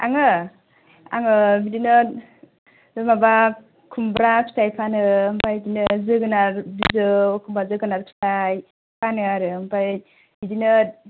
आङो आङो बिदिनो बे माबा खुमब्रा फिथाय फानो ओमफ्राय बिदिनो जोगोनार बिजौ एखमबा जोगोनार फिथाय फानो आरो ओमफाय बिदिनो